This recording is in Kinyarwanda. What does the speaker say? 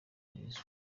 heza